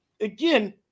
Again